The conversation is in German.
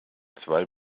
zwei